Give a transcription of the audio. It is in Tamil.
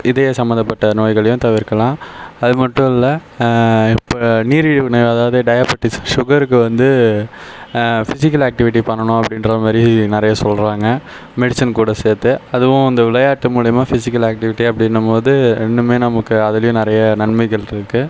இதயம் சம்பந்தப்பட்ட நோய்களையும் தவிர்க்கலாம் அது மட்டும் இல்லை இப்போ நீரிழிவு அதாவது டயாபெடீஸ் சுகருக்கு வந்து பிஸிகல் ஆக்டிவிட்டி பண்ணணும் அப்படிங்ற மாதிரி நிறைய சொல்கிறாங்க மெடிசன் கூட சேர்த்து அதுவும் அந்த விளையாட்டு மூலிமா இந்த ஃபிஸிகல் ஆக்டிவிட்டி அப்படினும்போது ரெண்டுமே நமக்கு அதுலேயும் நிறைய நன்மைகள் இருக்குது